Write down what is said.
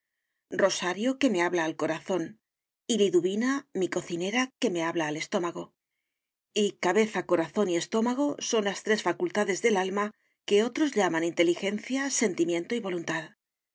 rosario que me habla al corazón y liduvina mi cocinera que me habla al estómago y cabeza corazón y estómago son las tres facultades del alma que otros llaman inteligencia sentimiento y voluntad